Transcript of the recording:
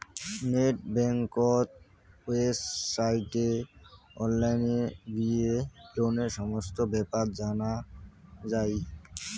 net বেংকত ওয়েবসাইটে online গিয়ে লোনের সমস্ত বেপার জানা যাই